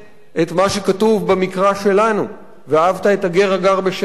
את מה שכתוב במקרא שלנו: ואהבת את הגר הגר בשעריך?